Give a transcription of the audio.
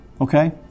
Okay